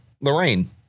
lorraine